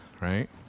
right